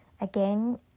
again